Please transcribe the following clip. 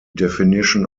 definition